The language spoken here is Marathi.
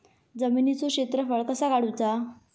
जमिनीचो क्षेत्रफळ कसा काढुचा?